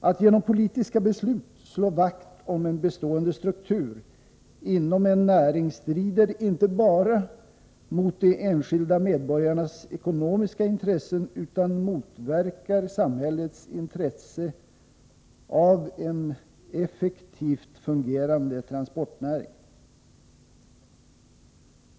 Att genom politiska beslut slå vakt om en bestående struktur inom en näring strider inte bara mot de enskilda medborgarnas ekonomiska intressen utan motverkar också samhällets intresse av en effektivt fungerande transportnäring.